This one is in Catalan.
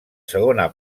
segona